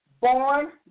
born